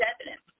evidence